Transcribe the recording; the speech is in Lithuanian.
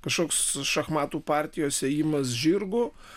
kažkoks šachmatų partijos ėjimas žirgu